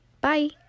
Bye